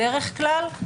בדרך כלל,